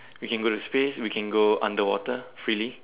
we can go to space we can go underwater freely